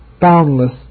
boundless